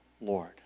Lord